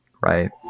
right